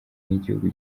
n’igihugu